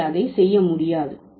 நீங்கள் அதை செய்ய முடியாது